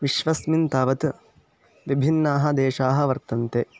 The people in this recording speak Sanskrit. विश्वस्मिन् तावत् विभिन्नाः देशाः वर्तन्ते